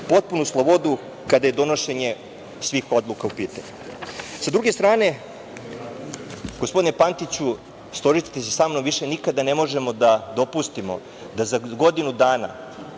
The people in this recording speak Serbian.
potpunu slobodu kada je donošenje svih odluka u pitanju. Sa druge strane, gospodine Pantiću, složićete se sa mnom, više nikada ne možemo da dopustimo da za godinu dana